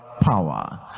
power